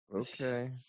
Okay